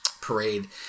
parade